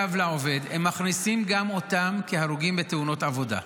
בנתוני קו לעובד הם מכניסים גם אותם כהרוגים בתאונות העבודה.